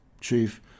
chief